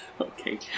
Okay